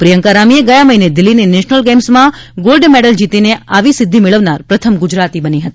પ્રિયંકા રામીએ ગયા મહિને દિલ્હીની નેશનલ ગેઇમ્સમાં ગોલ્ડમેડલ જીતીને આવી સિદ્ધિ મેળવનાર પ્રથમ ગુજરાતી બની હતી